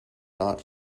not